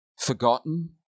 forgotten